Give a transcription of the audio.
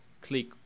click